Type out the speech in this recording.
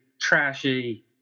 trashy